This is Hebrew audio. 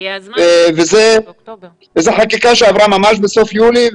זאת חקיקה שעברה בסוף יולי,